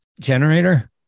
generator